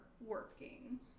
working